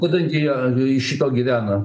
kadangi jie iš šito gyvena